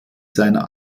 seiner